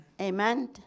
Amen